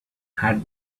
had